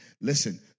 Listen